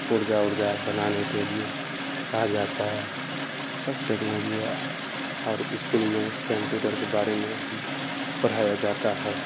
پرزہ ورجا بنانے کے لیے کہا جاتا ہے سب ٹکنالوجی ہے اور اسکول میں کمپیوٹر کے بارے میں بھی پڑھایا جاتا ہے